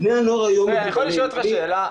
בני הנוער היום --- אני יכול לשאול אותך שאלה?